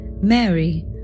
Mary